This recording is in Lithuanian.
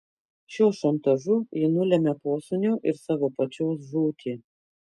šiuo šantažu ji nulemia posūnio ir savo pačios žūtį